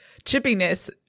chippiness